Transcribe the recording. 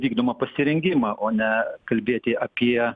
vykdomą pasirengimą o ne kalbėti apie